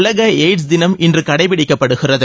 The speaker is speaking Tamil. உலக எய்ட்ஸ் தினம் இன்று கடைப்பிடிக்கப்படுகிறது